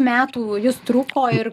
metų jis truko ir